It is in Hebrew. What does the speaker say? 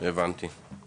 אבל כן קיימת הזנה,